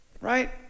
Right